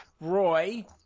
Roy